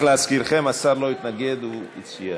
רק להזכירכם, השר לא התנגד, הוא הציע.